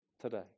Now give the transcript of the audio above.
today